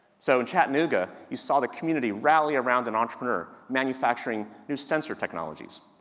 so in chattanooga, you saw the community rally around an entrepreneur manufacturing new sensor technologies.